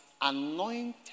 anointed